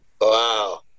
Wow